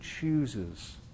chooses